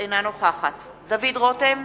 אינה נוכחת דוד רותם,